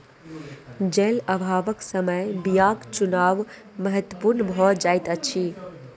जल अभावक समय बीयाक चुनाव महत्पूर्ण भ जाइत अछि